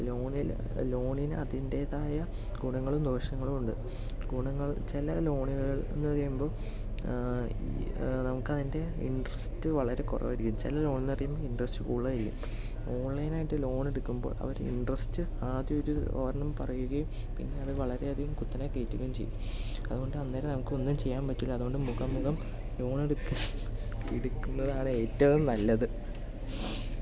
ലോണിൽ ലോണിന് അതിന്റേതായ ഗുണങ്ങളും ദോഷങ്ങളുമുണ്ട് ഗുണങ്ങൾ ചില ലോണുകൾ എന്ന് പറയുമ്പോൾ നമുക്ക് അതിന്റെ ഇന്ട്രെസ്റ് വളരെ കുറവായിരിക്കും ചില ലോണെന്നു പറയുമ്പോൾ ഇന്ട്രെസ്റ് കൂടുതലായിരിക്കും ഓൺലൈൻ ആയിട്ട് ലോൺ എടുക്കുമ്പോൾ അവരെ ഇൻട്രസ്റ്റ് ആദ്യം ഒരു ഒരെണ്ണം പറയുകയും പിന്നെ അത് വളരെയധികം കുത്തനെ കയറ്റുകയും ചെയ്യും അതുകൊണ്ട് അന്നേരം നമുക്ക് ഒന്നും ചെയ്യാൻ പറ്റൂല്ല അതുകൊണ്ട് മുഖാമുഖം ലോൺ എടുക്കുന്നതാണ് ഏറ്റവും ല്ലത്